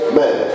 men